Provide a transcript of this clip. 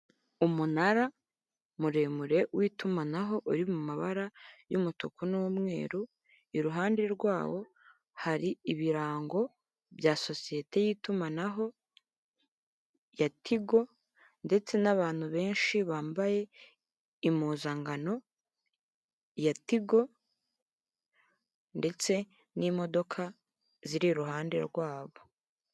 Umunara muremure w'itumanaho uri mu mabara y'umutuku n'umweru iruhande rwawo hari ibirango bya sosiyete y'itumanaho ya Tigo ndetse n'abantu benshi bambaye impuzangano ya Tigo ndetse n'imodoka ziri iruhande rwabo.